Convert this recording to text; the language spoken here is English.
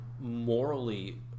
morally